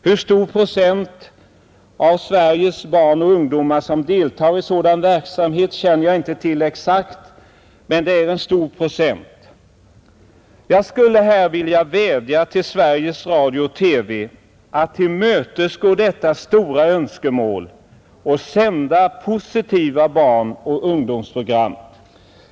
Hur stor del av Sveriges barn och ungdom som deltar i sådan verksamhet känner jag inte till exakt, men det är en stor procent. Jag vill vädja till Sveriges Radio att tillmötesgå detta starka önskemål och sända positiva barnoch ungdomsprogram.